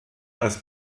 als